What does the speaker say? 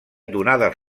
donades